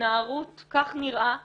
התנערות, כך נראה לכאורה,